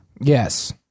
Yes